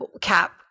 cap